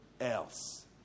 else